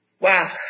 Wow